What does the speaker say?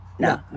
No